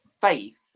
faith